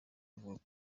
avuga